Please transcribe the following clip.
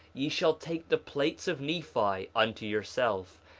ye shall take the plates of nephi unto yourself,